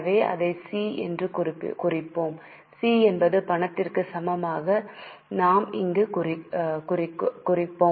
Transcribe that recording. எனவே அதை சி என்று குறிப்போம் சி என்பது பணத்திற்கு சமமானதாக நாம் இங்கு குறிக்கும்